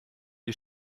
die